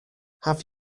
have